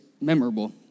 memorable